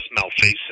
malfeasance